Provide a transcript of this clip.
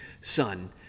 son